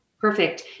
Perfect